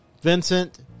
Vincent